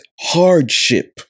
hardship